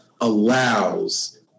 allows